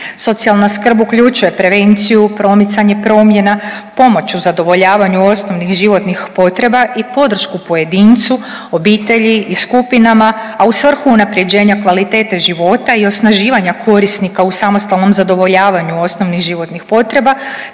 Socijalna skrb uključuje prevenciju, promicanje promjena, pomoć u zadovoljavanju osnovnih životnih potreba i podršku pojedincu, obitelji i skupinama, a u svrhu unapređenja kvalitete života i osnaživanja korisnika u samostalnom zadovoljavanju osnovnih životnih potreba